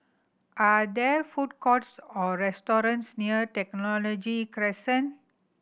are there food courts or restaurants near Technology Crescent